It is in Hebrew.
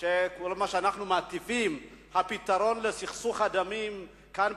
את כל מה שאנחנו מטיפים לו: הפתרון לסכסוך הדמים כאן,